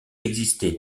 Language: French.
exister